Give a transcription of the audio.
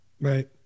Right